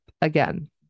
again